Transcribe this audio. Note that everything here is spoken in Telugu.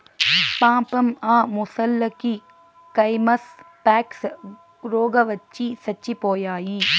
పాపం ఆ మొసల్లకి కైమస్ పాక్స్ రోగవచ్చి సచ్చిపోయాయి